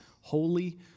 holy